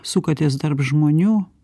sukatės tarp žmonių